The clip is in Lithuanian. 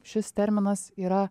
šis terminas yra